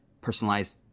personalized